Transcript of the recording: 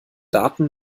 daten